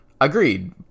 Agreed